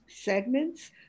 segments